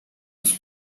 los